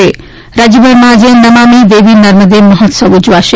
રાજ્યભરમાં આજે નમામિ દેવી નર્મદે મહોત્સવ ઉજવાશે